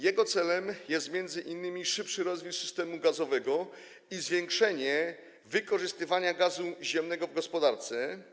Jego celem jest m.in. szybszy rozwój systemu gazowego i zwiększenie wykorzystywania gazu ziemnego w gospodarce.